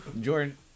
Jordan